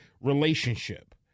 relationship